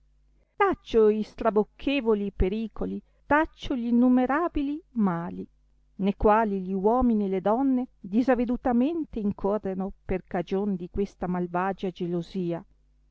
taccio i strabocchevoli pericoli taccio gli innumerabili mali ne quali gli uomini e le donne disavedutamente incorreno per cagion di questa malvagia gelosia